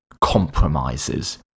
compromises